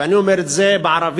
ואני אומר את זה בערבית,